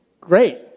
Great